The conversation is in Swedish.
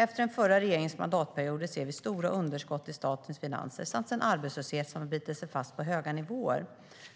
Efter den förra regeringens mandatperioder ser vi stora underskott i statens finanser samt en arbetslöshet som bitit sig fast på höga nivåer.